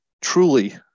truly